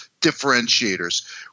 differentiators